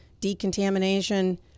decontamination